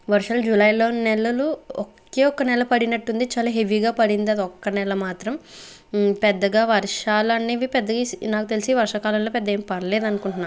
వర్షాలు జూలైలో నెలలు ఒకే ఒక నెల పడినట్టు ఉంది చాలా హెవీగా పడింది అదొక్క నెల మాత్రం పెద్దగా వర్షాలనేవి పెద్దగా ఈ నాకు తెలిసి ఈ వర్షాకాలంలో పెద్ద ఏం పడలేదనుకుంటున్నా